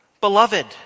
Beloved